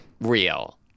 Real